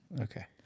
Okay